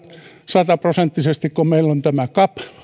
sataprosenttisesti kun meillä on tämä cap